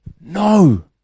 No